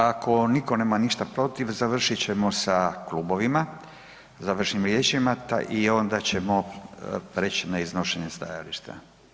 Ako niko nema ništa protiv završit ćemo sa klubovima završnim riječima i onda ćemo prijeći na iznošenje stajališta.